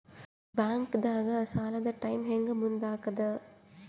ಬ್ಯಾಂಕ್ದಾಗ ಸಾಲದ ಟೈಮ್ ಹೆಂಗ್ ಮುಂದಾಕದ್?